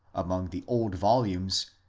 among the old volumes,